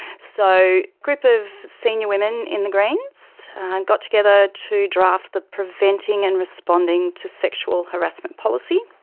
so a group of senior women in the greens got together to draft the preventing and responding to sexual harassment policy.